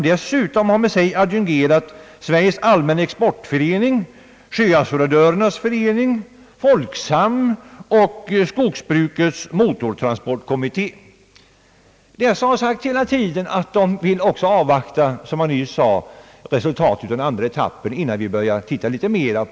De har med sig adjungerat företrädare för Sveriges allmänna exportförening, Sjöassuradörernas förening, Folksam och Skogsbrukets motortransportkommitté. Dessa organisationer har hela tiden sagt att även de vill avvakta resultatet av andra etappen innan man tittar närmare på hela frågan.